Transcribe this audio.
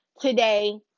today